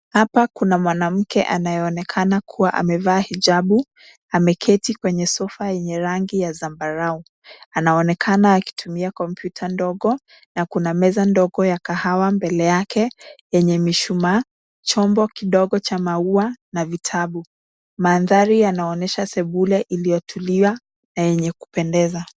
Hapa kuna mwanamke anayeonekana kuwa amevaa hijabu. Ameketi kwenye sofa yenye rangi ya zambarau. Anaonekana akitumia kompyuta ndogo na kuna meza ndogo ya kahawa mbele yake yenye mishumaa, chombo kidogo cha maua na vitabu. Mandhari yanaonyesha sebule iliyotulia na yenye kupendeza.